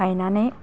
गायनानै